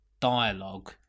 dialogue